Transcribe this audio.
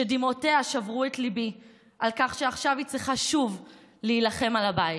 שדמעותיה שברו את ליבי על כך שעכשיו היא צריכה שוב להילחם על הבית.